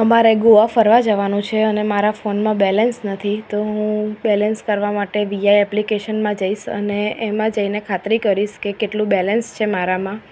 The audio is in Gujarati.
અમારે ગોવા ફરવા જવાનું છે અને મારા ફોનમાં બેલેન્સ નથી તો હું બેલેન્સ કરવા માટે વીઆઈ એપ્લિકેશનમાં જઈશ અને એમાં જઈને ખાતરી કરીશ કે કેટલું બેલેન્સ છે મારામાં